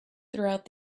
throughout